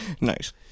Nice